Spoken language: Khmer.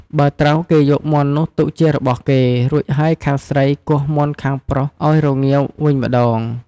បើត្រូវគេយកមាន់នោះទុកជារបស់គេ រួចហើយខាងស្រីគោះមាន់ខាងប្រុសឱ្យរងាវវិញម្តង ។